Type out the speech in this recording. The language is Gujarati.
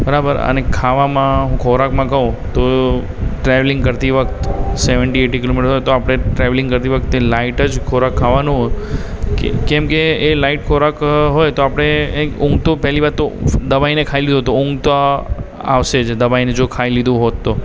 બરાબર અને ખાવામાં હું ખોરાકમાં કહું તો ટ્રાવેલિંગ કરતી વખતે સેવન્ટી એઇટી કિલોમીટર હોય તો આપણે ટ્રાવેલિંગ કરતી વખતે લાઇટ જ ખોરાક ખાવાનો હોય કેમ કે એ લાઇટ ખોરાક હોય તો આપણે ઊંઘ તો પહેલી વાત તો દબાવીને ખાઈ લીધું હોય તો ઊંઘ તો આવશે જ દબાવીને જો ખાઈ લીધું હોત તો